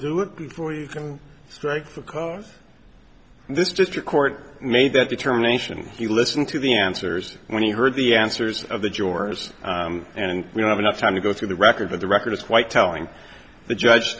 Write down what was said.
do it before you can strike for cause this district court made that determination he listened to the answers when he heard the answers of the jurors and we don't have enough time to go through the record for the record it's quite telling the judge